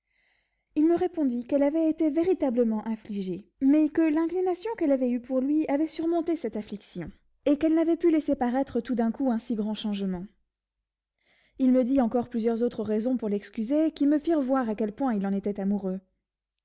il me répondit qu'elle avait été véritablement affligée mais que l'inclination qu'elle avait eue pour lui avait surmonté cette affliction et qu'elle n'avait pu laisser paraître tout d'un coup un si grand changement il me dit encore plusieurs autres raisons pour l'excuser qui me firent voir à quel point il en était amoureux